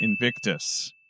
Invictus